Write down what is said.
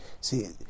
See